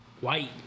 White